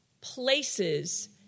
places